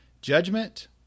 Judgment